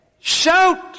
Shout